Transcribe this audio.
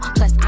Plus